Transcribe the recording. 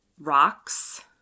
rocks